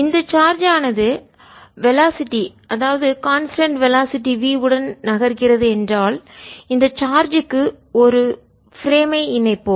இந்த சார்ஜ் ஆனது வெலாசிட்டி வேகம் அதாவது கான்ஸ்டன்ட் வெலாசிட்டி நிலையான வேகம் v உடன் நகர்கிறது என்றால் இந்த சார்ஜ் க்கு ஒரு பிரேம் ஐ சட்டகத்தை இணைப்போம்